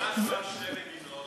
משהו על שתי מדינות.